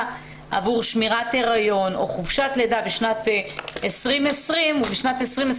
עבור שמירת היריון או חופשת לידה בשנת 2020 ובשנת 2021,